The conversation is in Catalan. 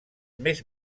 més